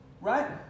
Right